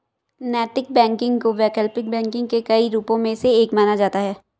नैतिक बैंकिंग को वैकल्पिक बैंकिंग के कई रूपों में से एक माना जाता है